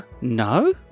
no